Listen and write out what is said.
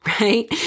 right